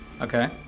Okay